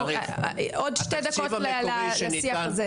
עוד שתי דקות לשיח הזה.